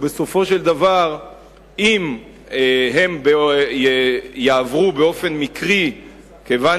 ובסופו של דבר אם הן יעברו באופן מקרי כיוון